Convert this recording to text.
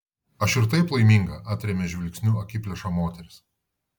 aš ir taip laiminga atrėmė žvilgsniu akiplėšą moteris